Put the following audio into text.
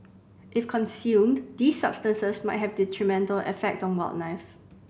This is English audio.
if consumed these substances might have detrimental effect on wildlife